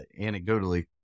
anecdotally